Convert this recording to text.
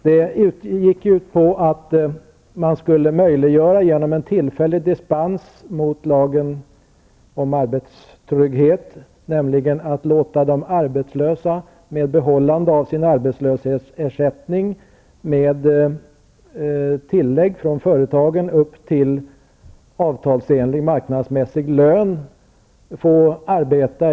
De gick ut på att man genom en tillfällig dispens från lagen om arbetstrygghet skulle möjliggöra för arbetslösa att få areta i företagen med bibehållande av sin arbetslöshetsersättning och med tillägg från företagen upp till avtalsenlig marknadsmässig lön.